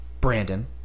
Brandon